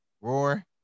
roar